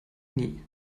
nie